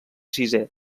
sisè